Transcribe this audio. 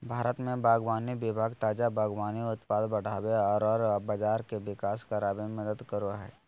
भारत में बागवानी विभाग ताजा बागवानी उत्पाद बढ़ाबे औरर बाजार के विकास कराबे में मदद करो हइ